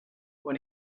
when